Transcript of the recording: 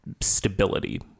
stability